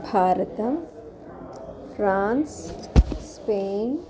भारतं France Spain